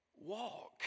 Walk